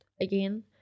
Again